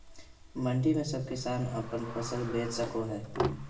मंडी में सब किसान अपन फसल बेच सको है?